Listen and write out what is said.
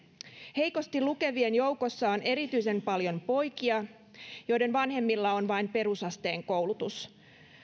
heikosti lukevien joukossa on erityisen paljon poikia joiden vanhemmilla on vain perusasteen koulutus